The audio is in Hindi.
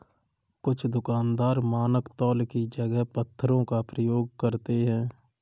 कुछ दुकानदार मानक तौल की जगह पत्थरों का प्रयोग करते हैं